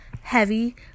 heavy